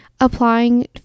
applying